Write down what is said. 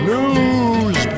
News